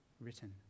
written